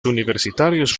universitarios